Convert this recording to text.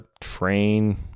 train